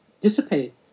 dissipate